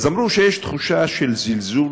אז אמרו שיש תחושה של זלזול